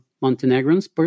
Montenegrins